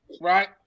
right